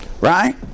Right